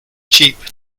cheap